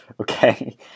okay